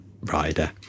rider